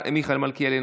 מיכאל מלכיאלי,